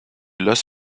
los